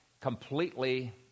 completely